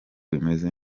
bimeze